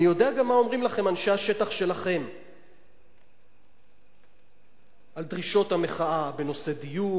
אני יודע גם מה אומרים לכם אנשי השטח שלכם על דרישות המחאה בנושא דיור,